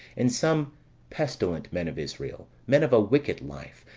and some pestilent men of israel, men of a wicked life,